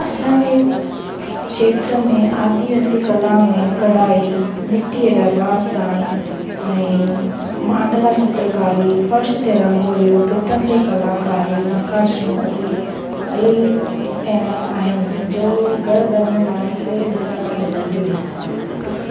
असांजे खेत्र में आदिवासी कला में कढ़ाई मिट्टीअ जा बासण ऐं मांडला चित्रकारी फर्शु ते रंगोलियूं भितिनि ते कलाकारी नकाशियूं आदि इलाही फेमस आहिनि जो घर घर में माण्हुनि खे ॾिसण लाइ मिलंदियूं